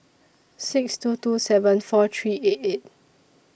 six two two seven four three eight eight